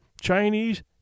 Chinese